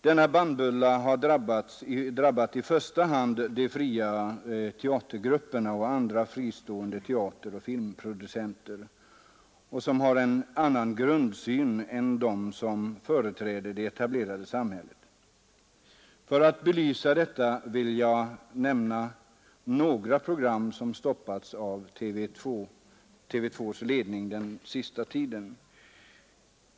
Denna bannbulla har drabbat i första hand de fria teatergrupperna och andra fristående teateroch filmproducenter som har en annan grundsyn än de som företräder det etablerade samhället har. För att belysa detta vill jag nämna några program som stoppats av TV 2:s ledning den senaste tiden.